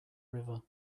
river